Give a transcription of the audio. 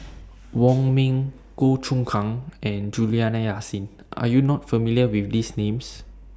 Wong Ming Goh Choon Kang and Juliana Yasin Are YOU not familiar with These Names